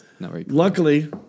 luckily